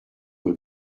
will